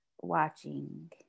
watching